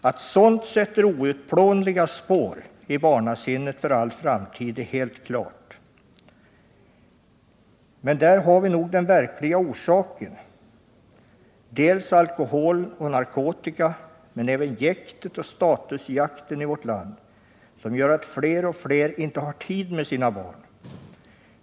Att sådant sätter outplånliga spår i barnasinnet för all framtid är helt klart. Men där har vi nog den verkliga orsaken. Det är dels alkoholen och narkotikan, men dels också jäktet och statusjakten i vårt land, som gör att fler och fler inte har tid med sina barn.